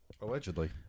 Allegedly